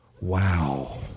Wow